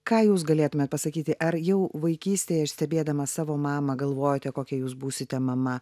ką jūs galėtumėt pasakyti ar jau vaikystėje ir stebėdama savo mamą galvojote kokia jūs būsite mama